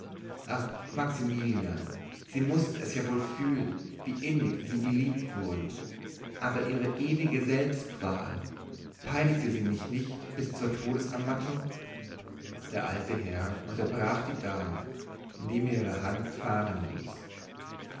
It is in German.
ach maximilian sie mußten es ja wohl fühlen wie innig sie geliebt wurden aber ihre ewige selbstqual peinigte sie mich nicht bis zur todesermattung der alte herr unterbrach die dame indem er ihre hand fahren ließ